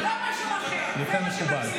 אל תוציאי את השם של עליזה בראשי.